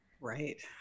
Right